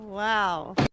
Wow